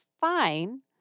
fine